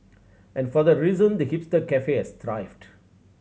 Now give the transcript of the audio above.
and for that reason the hipster cafe has thrived